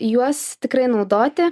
juos tikrai naudoti